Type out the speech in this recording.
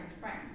friends